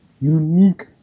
unique